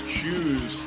choose